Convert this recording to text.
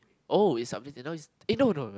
oh is now is eh no no no